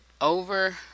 over